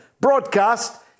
broadcast